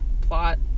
plot